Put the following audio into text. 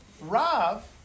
Rav